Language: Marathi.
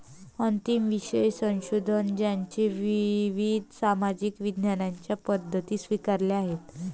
अंतिम विषय संशोधन ज्याने विविध सामाजिक विज्ञानांच्या पद्धती स्वीकारल्या आहेत